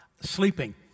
sleeping